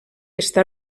està